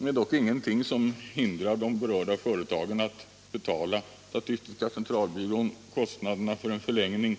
Det är dock ingenting som hindrar de berörda företagen att betala SCB kostnaderna för en förlängning